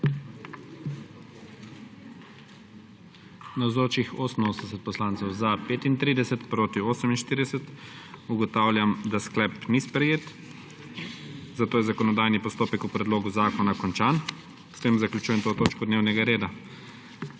48. (Za je glasovalo 35.) (Proti 48.) Ugotavljam, da sklep ni sprejet, zato je zakonodajni postopek o predlogu zakona končan. S tem zaključujem to točko dnevnega reda.